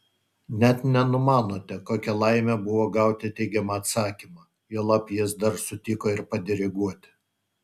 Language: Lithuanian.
net nenumanote kokia laimė buvo gauti teigiamą atsakymą juolab jis dar sutiko ir padiriguoti